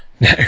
No